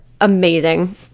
amazing